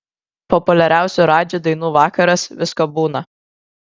populiariausių radži dainų vakaras visko būna